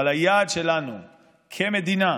אבל היעד שלנו כמדינה,